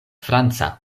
franca